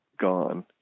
gone